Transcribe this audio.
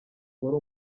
wari